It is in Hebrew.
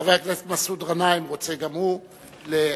חבר הכנסת מסעוד גנאים רוצה גם הוא להוסיף.